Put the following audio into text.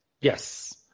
Yes